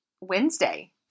Wednesday